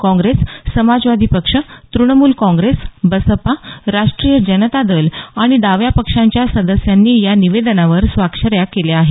काँग्रेस समाजवादी पक्ष तूणमूल काँग्रेस बसपा राष्ट्रीय जनता दल आणि डाव्या पक्षांच्या सदस्यांनी या निवेदनावर स्वाक्षऱ्या केल्या आहेत